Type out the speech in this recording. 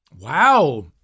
Wow